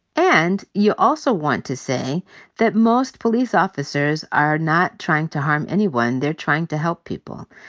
and you also want to say that, most police officers are not trying to harm anyone. they're trying to help people.